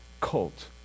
cult